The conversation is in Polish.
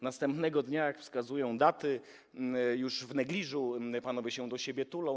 Następnego dnia, jak wskazują daty, już w negliżu panowie się do siebie tulą.